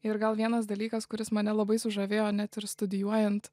ir gal vienas dalykas kuris mane labai sužavėjo net ir studijuojant